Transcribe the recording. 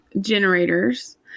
generators